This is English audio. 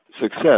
success